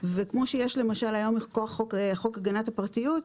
כמו שיש היום מכוח חוק הגנת הפרטיות,